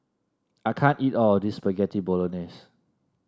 I can't eat all of this Spaghetti Bolognese